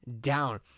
down